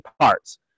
parts